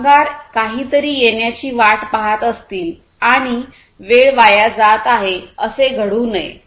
कामगार काहीतरी येण्याची वाट पहात असतील आणि वेळ वाया जात आहे असे घडू नये